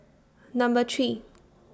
Number three